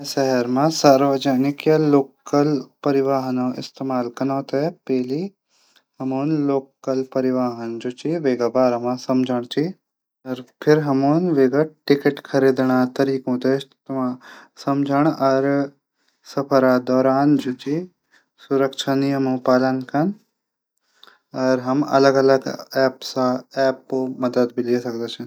शहर मा सार्वजनिक लोकल परिवहन इस्तेमाल कनू थै पैली हमन लोकल परिवहन जू पैली वेक बारा मा समझण च फिर हमन वेक टिकट खरीदण च सफर दौरान सुरक्षा नियमों पालन कन। हम अलग अलग एपो मदद भी ले सकदा छन।